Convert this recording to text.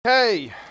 Hey